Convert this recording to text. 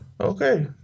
Okay